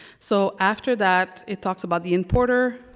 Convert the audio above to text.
so after that, it talks about the importer,